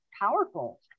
powerful